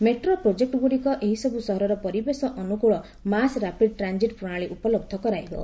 metro ପ୍ରୋଜେକ୍ଟଗୁଡିକ ଏହିସବୁ ସହରର ପରିବେଶ ଅନୁକୂଳ ମାସ୍ ରାପିଡ୍ ଟ୍ରାନଜିଟ୍ ପ୍ରଣାଳୀ ଉପଲବ୍ଧ କରାଇବେ